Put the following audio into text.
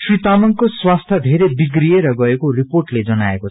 श्री तामंगको स्वास्थ्य बेरै बिग्रिएर गएको रिर्पेले जनाकऐ